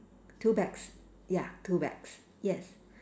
two bags ya two bags yes